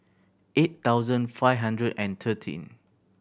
eight thousand five hundred and thirteen